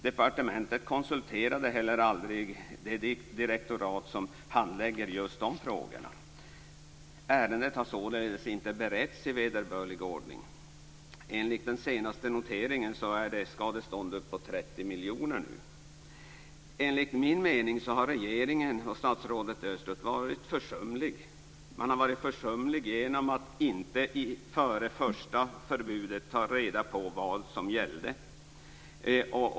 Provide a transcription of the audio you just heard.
Departementet konsulterade heller aldrig det direktorat som handlägger just de här frågorna. Ärendet har således inte beretts i vederbörlig ordning. Enligt den senaste noteringen ligger skadeståndet nu på uppåt 30 miljoner kronor. Enligt min mening har regeringen, och statsrådet Östros, varit försumlig. Man har varit försumlig genom att inte före det första förbudet ta reda på vad som gällde.